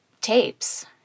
tapes